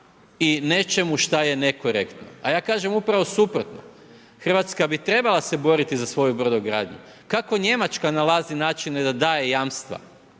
i nečemu šta je nekorektno. A ja kažem upravo suprotno, Hrvatska bi trebala se boriti za svoju brodogradnju. Kako Njemačka nalazi načine da daje jamstva?